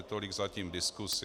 Tolik zatím k diskusi.